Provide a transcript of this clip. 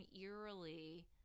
eerily